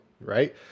right